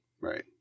Right